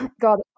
God